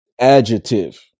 adjective